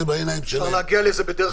אפשר להגיע לזה בדרך אחרת.